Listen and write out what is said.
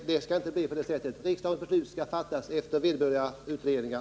Det skall inte bli på det sättet. Regeringens beslut skall fattas efter vederbörliga utredningar.